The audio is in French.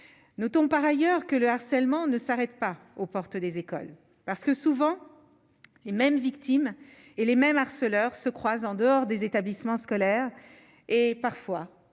notons par ailleurs que le harcèlement ne s'arrête pas aux portes des écoles parce que souvent les mêmes victimes et les mêmes harceleur se croisent en dehors des établissements scolaires et parfois